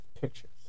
pictures